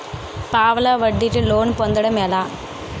పావలా వడ్డీ కి లోన్ పొందటం ఎలా?